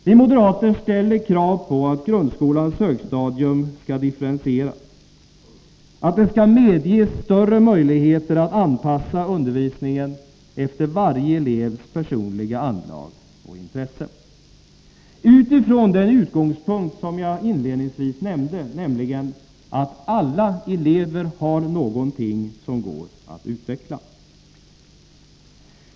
Vi moderater ställer krav på att grundskolans högstadium skall differentieras, medge större möjligheter att anpassa undervisningen efter varje elevs personliga anlag och intresse utifrån den utgångspunkt som jag inledningsvis nämnde, nämligen att alla elever har någonting som går att utveckla.